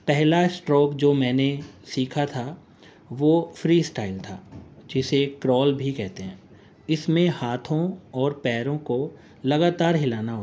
پہلا اسٹروک جو میں نے سیکھا تھا وہ فری اسٹائل تھا جسے کرال بھی کہتے ہیں اس میں ہاتھوں اور پیروں کو لگاتار ہلانا ہوتا ہے